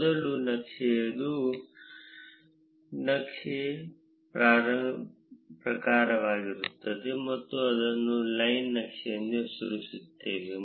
ಮೊದಲನೆಯದು ನಕ್ಷೆ ಪ್ರಕಾರವಾಗಿರುತ್ತದೆ ನೀವು ಅದನ್ನು ಲೈನ್ ನಕ್ಷೆ ಎಂದು ಹೆಸರಿಸುತ್ತೀರಿ